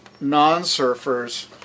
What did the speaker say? non-surfers